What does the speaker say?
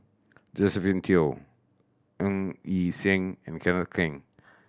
Josephine Teo Ng Yi Sheng and Kenneth Keng